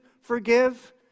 forgive